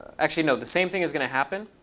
actually, no, the same thing is going to happen.